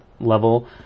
level